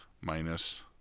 minus